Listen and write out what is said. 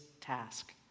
task